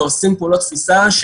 ועושים פעולות תפיסה.